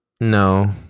No